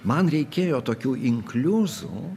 man reikėjo tokių inkliuzų